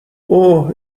اوه